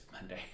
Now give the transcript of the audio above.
Monday